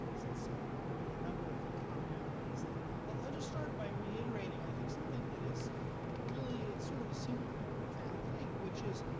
since ah there were a number of commonalities. and i'll just start by reiterating i think something that is really sort of a simple but profound thing, which is,